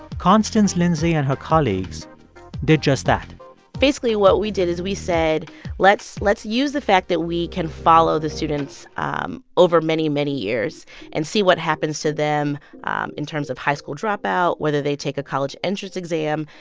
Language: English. constance lindsay and her colleagues did just that basically, what we did is we said let's let's use the fact that we can follow the students um over many, many years and see what happens to them um in terms of high school dropout, whether they take a college entrance exam,